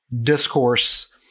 discourse